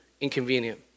inconvenient